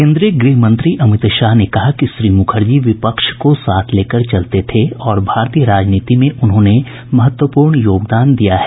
केन्द्रीय गृहमंत्री अमित शाह ने कहा कि श्री मुखर्जी विपक्ष को साथ लेकर चलते थे और भारतीय राजनीति में उन्होंने महत्वपूर्ण योगदान दिया है